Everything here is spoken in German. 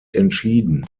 entschieden